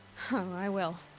oh, i will.